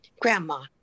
Grandma